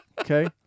Okay